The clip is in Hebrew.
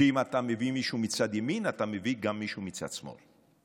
שאם אתה מביא מישהו מצד ימין אתה מביא גם מישהו מצד שמאל.